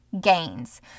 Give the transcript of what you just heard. gains